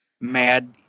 Mad